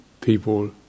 people